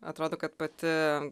atrodo kad pati